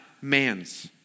man's